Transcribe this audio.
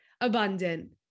abundant